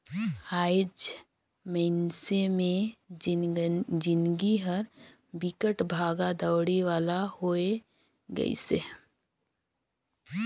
आएज मइनसे मे जिनगी हर बिकट भागा दउड़ी वाला होये गइसे